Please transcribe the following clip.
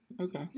Okay